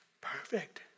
Perfect